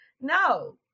No